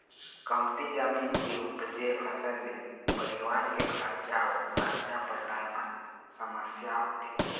कमती जमीन के उपजे फसल ले परिवार के खरचा अउ करजा पटाए म समस्या होथे